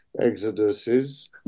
exoduses